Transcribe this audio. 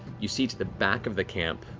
you see to the back of the camp,